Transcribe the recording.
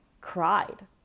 cried